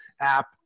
app